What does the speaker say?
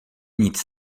nic